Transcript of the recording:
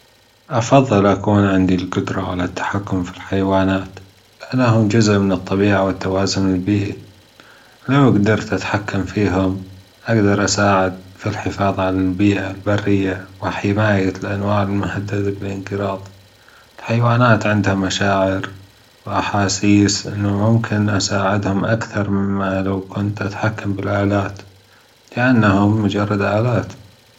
أفضل أكون عندي الجدره علي التحكم في الحيوانات، لأنهم جزء من الطبيعة والتوازن البيئي، لو جدرت أتحكم فيهم أجدر أساعد في الحفاظ على البيئة البرية وحماية الأنواع المهددة بالإنقراض، الحيوانات عندها مشاعروأحاسيس إنه ممكن أساعدهم أكثر مما لو كنت أتحكم بالآلات لانهم مجرد آلات.